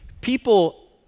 people